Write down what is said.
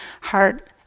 heart